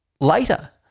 later